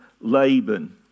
Laban